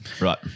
right